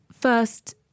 first